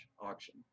auction